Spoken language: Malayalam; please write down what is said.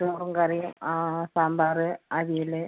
ചോറും കറിയും സാമ്പാർ അവിയൽ